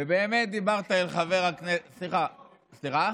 ובאמת דיברת, חבר הכנסת, סליחה?